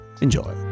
Enjoy